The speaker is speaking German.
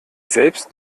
selbst